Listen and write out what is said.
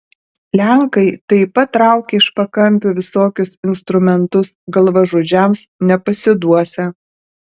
lenkai taip pat traukia iš pakampių visokius instrumentus galvažudžiams nepasiduosią